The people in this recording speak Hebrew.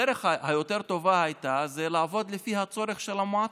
הדרך היותר-טובה הייתה לעבוד לפי הצורך של המועצות.